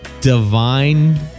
Divine